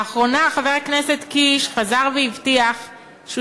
לאחרונה חבר הכנסת קיש חזר והבטיח שהוא